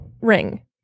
ring